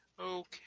Okay